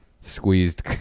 squeezed